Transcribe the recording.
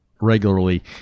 regularly